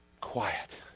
quiet